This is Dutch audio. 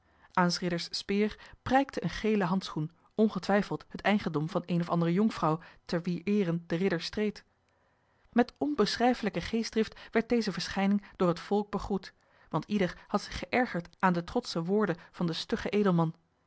ridders speer prijkte een gele handschoen ongetwijfeld het eigendom van eene of andere jonkvrouw te wier eere de ridder streed met onbeschrijfelijke geestdrift werd deze verschijning door het volk begroet want ieder had zich geërgerd aan de trotsche woorden van den stuggen edelman